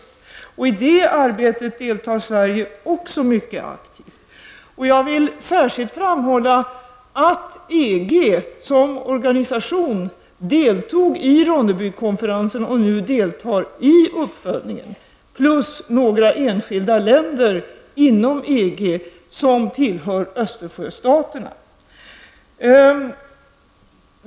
I det arbetet deltar Sverige också mycket aktivt. Jag vill särskilt framhålla att EG som organisation och dessutom en del enskilda länder inom EG som tillhör Östersjöstaterna deltog i Ronnebykonferensen och nu deltar i uppföljningen.